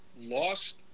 lost